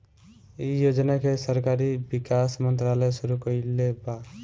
इ योजना के शहरी विकास मंत्रालय शुरू कईले बा